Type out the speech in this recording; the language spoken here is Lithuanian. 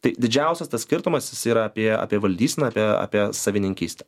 tai didžiausias tas skirtumas jis yra apie apie valdyseną apie apie savininkystę